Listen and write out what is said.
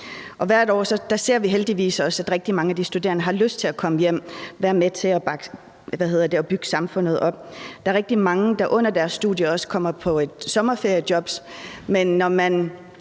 Hvert år ser vi heldigvis også, at rigtig mange af de studerende har lyst til at komme hjem og være med til at bygge samfundet op. Der er også rigtig mange, der under deres studie kommer hjem og får et sommerferiejob, men når man